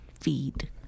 feed